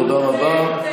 תודה רבה.